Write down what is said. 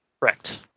Correct